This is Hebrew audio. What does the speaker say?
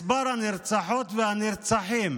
מספר הנרצחות והנרצחים